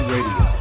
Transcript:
Radio